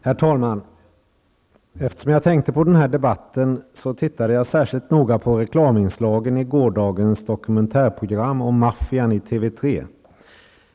Herr talman! Eftersom jag tänkte på den här debatten tittade jag särskilt noga på reklaminslagen i gårdagens dokumentärprogram om maffian i TV 3.